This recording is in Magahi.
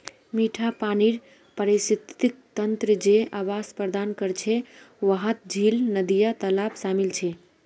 मिठा पानीर पारिस्थितिक तंत्र जे आवास प्रदान करछे वहात झील, नदिया, तालाब शामिल छे